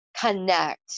connect